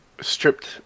stripped